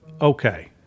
okay